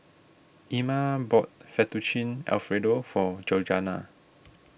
Ima bought Fettuccine Alfredo for Georganna